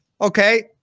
Okay